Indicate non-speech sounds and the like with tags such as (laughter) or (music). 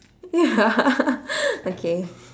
ya (laughs) okay